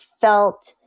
felt